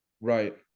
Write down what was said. Right